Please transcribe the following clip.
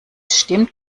stimmt